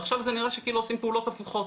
ועכשיו זה נראה שעושים פעולות הפוכות.